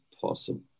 possible